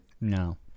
No